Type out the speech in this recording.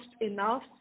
enough